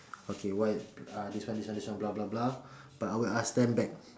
okay why uh this one this one blah blah blah but I will ask them back